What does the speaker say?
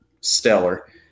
stellar